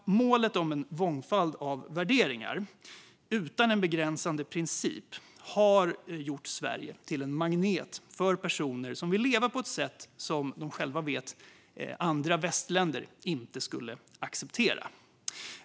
Målet om en mångfald av värderingar utan en begränsande princip har gjort Sverige till en magnet för personer som vill leva på ett sätt som de vet att andra västländer inte skulle acceptera.